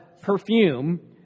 perfume